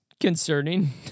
concerning